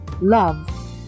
love